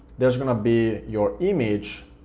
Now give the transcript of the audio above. there's gonna be your image